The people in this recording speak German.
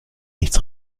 nichts